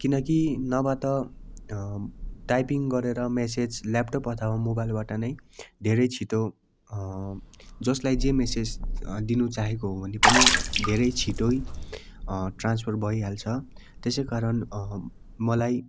किनकि नभए त टाइपिङ गरेर मेसेज ल्यापटप अथवा मोबाइलबाट नै धेरै छिटो जसलाई जे मेसेज दिनु चाहेको हो भने पनि धेरै छिटो ट्रान्सफर भइहाल्छ त्यसै कारण मलाई